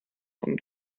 und